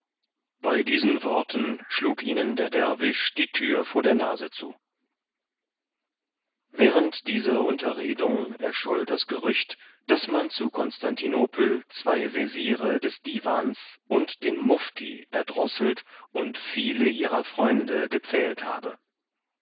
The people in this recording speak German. bei diesen worten schlug ihnen der derwisch die thür vor der nase zu während dieser unterredung erscholl das gerücht daß man zu konstantinopel zwei wesire des divans und den mufti erdrosselt und viele ihrer freunde gepfählt habe